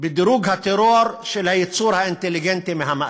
הטרור של היצור האינטליגנטי מהמאדים?